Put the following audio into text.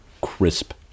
crisp